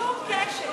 שום קשר.